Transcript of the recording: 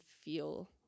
feel